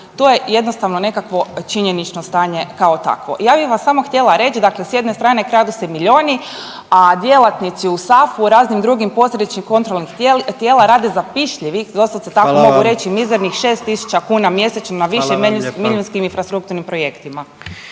To je jednostavno nekakvo činjenično stanje kao takvo. Ja bi vam samo htjela reći dakle s jedne strane kradu se miljoni, a djelatnici u SAFU i raznim drugim postojećim kontrolnih tijela rade za pišljivih, doslovce tako mogu …/Upadica predsjednik: Hvala vam./… reći mizernih 6.000 kuna mjesečno